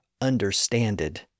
understanded